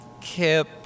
Kip